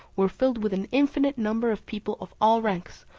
were filled with an infinite number of people of all ranks,